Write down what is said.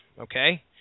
okay